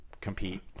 compete